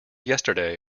yesterday